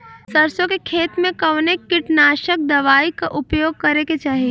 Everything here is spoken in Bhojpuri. सरसों के खेत में कवने कीटनाशक दवाई क उपयोग करे के चाही?